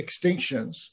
extinctions